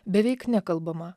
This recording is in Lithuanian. beveik nekalbama